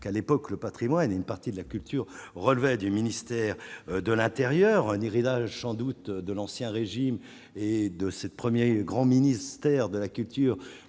qu'à l'époque, le Patrimoine et une partie de la culture, relevait du ministère de l'Intérieur, un héritage sans doute de l'ancien régime et de sept 1er grand ministère de la culture,